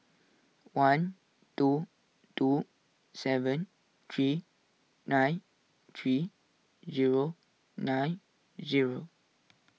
one two two seven three nine three zero nine zero